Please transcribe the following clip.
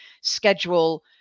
schedule